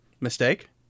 Mistake